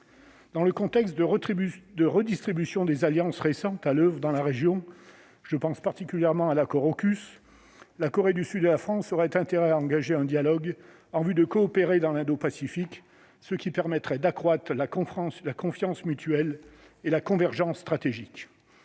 Dans le contexte de récente redistribution des alliances dans la région- je pense en particulier à l'accord Aukus ()-, la Corée du Sud et la France auraient intérêt à engager un dialogue en vue de coopérer dans l'Indo-Pacifique, ce qui permettrait d'accroître la confiance mutuelle et la convergence stratégique.